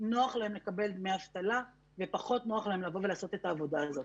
נוח להם לקבל דמי אבטלה ופחות נוח להם לבוא ולעשות את העבודה הזאת.